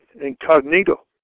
incognito